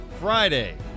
Friday